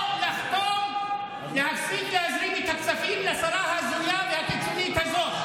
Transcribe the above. או לחתום להפסיק להזרים את הכספים לשרה ההזויה והקיצונית הזאת,